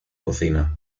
cocina